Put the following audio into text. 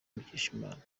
mukeshimana